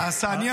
אז שלא יענה.